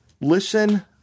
listen